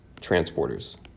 transporters